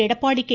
Edappadi K